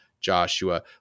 Joshua